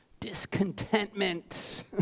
discontentment